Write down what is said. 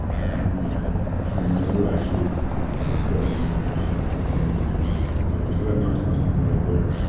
i have my trainer who actually go hand in hand they're one in the same so that knocks out something right there.